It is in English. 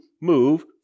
move